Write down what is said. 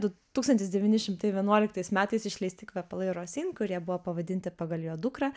du tūkstantis devyni šimtai vienuolika ais metais išleisti kvepalai rosin kurie buvo pavadinti pagal jo dukrą